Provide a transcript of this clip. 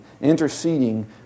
interceding